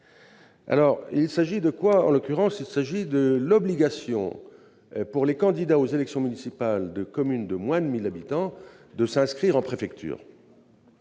d'étude d'impact. En l'occurrence, il s'agit de l'obligation pour les candidats aux élections municipales dans les communes de moins de 1 000 habitants de s'inscrire en préfecture.